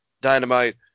Dynamite